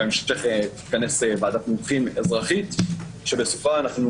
בהמשך תתכנס ועדת מומחים אזרחית שבסופה אנחנו